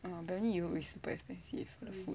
um apparently it will be super expensive